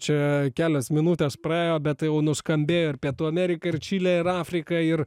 čia kelios minutės praėjo bet jau nuskambėjo ir pietų amerika ir čilė ir afrika ir